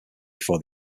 before